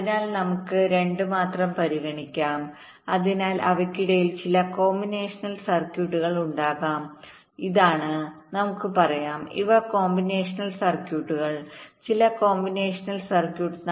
അതിനാൽ നമുക്ക് 2 മാത്രം പരിഗണിക്കാം അതിനാൽ അവയ്ക്കിടയിൽ ചില കോമ്പിനേഷണൽ സർക്യൂട്ടുകൾഉണ്ടാകാം ഇതാണ് നമുക്ക് പറയാം ഇവ കോമ്പിനേഷണൽ സർക്യൂട്ടുകൾ ചില കോമ്പിനേഷണൽ സർക്യൂട്ട്